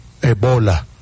Ebola